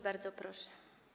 Bardzo proszę.